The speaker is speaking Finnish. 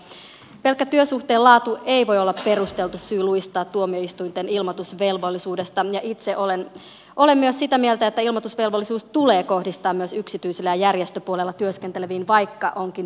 pelkkä työsuhteen laatu ei voi olla perusteltu syy luistaa tuomioistuinten ilmoitusvelvollisuudesta ja itse olen myös sitä mieltä että ilmoitusvelvollisuus tulee kohdistaa myös yksityisellä ja järjestöpuolella työskenteleviin vaikka se onkin vaikeaa